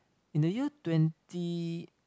in the year twenty